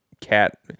cat